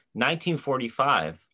1945